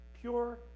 Pure